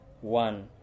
one